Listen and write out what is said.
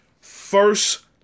first